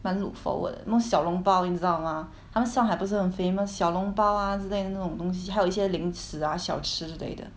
蛮 look forward know 小笼包你知道吗他们上海不是那种 famous 小笼包 ah 这些那种东西还有一些零食 ah 小吃这类的